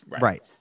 right